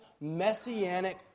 messianic